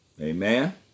amen